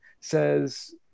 says